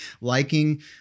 liking